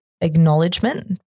acknowledgement